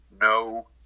no